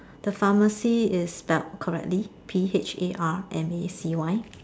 the pharmacy is spelled correctly P H A R M A C Y